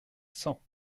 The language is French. cent